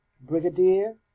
Brigadier